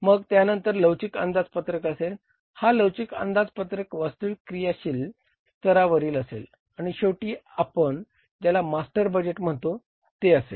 मग त्यानंतर लवचिक अंदाजपत्रक असेल हा लवचिक अंदाजपत्रक वास्तविक क्रियाशील स्तरावरील असेल आणि शेवटी आपण ज्याला मास्टर बजेट म्हणतो ते असेल